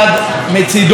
הצלחנו גם,